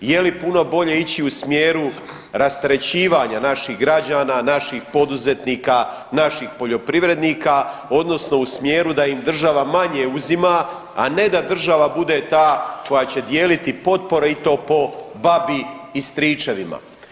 Je li puno bolje ići u smjeru rasterećivanja naših građana, naših poduzetnika, naših poljoprivrednika odnosno u smjeru da im država manje uzima, a ne da država bude ta koja će dijeliti potpore i to po babi i stričevima.